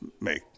make